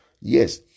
Yes